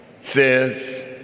says